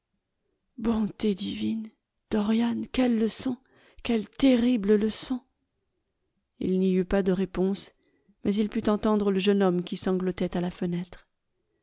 bonté divine dorian quelle leçon quelle terrible leçon il n'y eut pas de réponse mais il put entendre le jeune homme qui sanglotait à la fenêtre